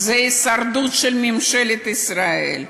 זו הישרדות של ממשלת ישראל.